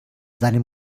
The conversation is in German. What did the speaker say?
seine